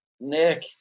Nick